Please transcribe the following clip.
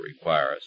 requires